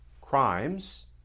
crimes